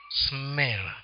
smell